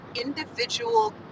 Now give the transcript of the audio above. individual